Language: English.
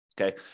Okay